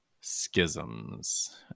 schisms